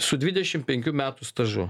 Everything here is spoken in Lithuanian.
su dvidešim penkių metų stažu